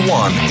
one